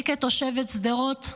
אני כתושבת שדרות,